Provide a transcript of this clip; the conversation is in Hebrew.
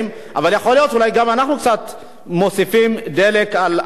אבל יכול להיות שאולי גם אנחנו קצת מוסיפים דלק על המדורה.